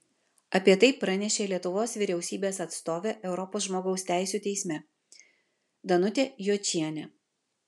apie tai pranešė lietuvos vyriausybės atstovė europos žmogaus teisių teisme danutė jočienė